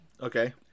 Okay